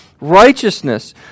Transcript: righteousness